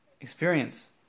experience